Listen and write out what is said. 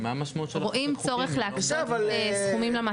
כי מה המשמעות של לחוקק חוקים אם לא מתייחסים אליהם?